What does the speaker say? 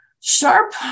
Sharp